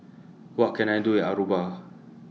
What Can I Do in Aruba